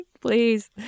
please